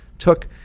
took